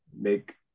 make